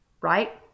right